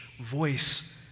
voice